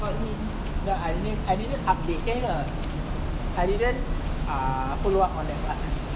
no I didn't I didn't update then uh I didn't uh follow up on that part